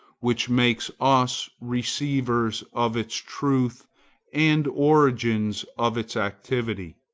which makes us receivers of its truth and organs of its activity.